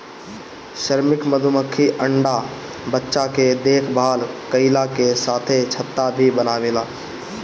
श्रमिक मधुमक्खी अंडा बच्चा के देखभाल कईला के साथे छत्ता भी बनावेले